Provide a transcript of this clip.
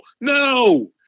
no